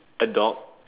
a dog